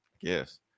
yes